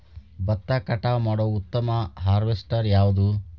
ಭತ್ತ ಕಟಾವು ಮಾಡುವ ಉತ್ತಮ ಹಾರ್ವೇಸ್ಟರ್ ಯಾವುದು?